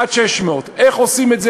עד 600,000. איך עושים את זה?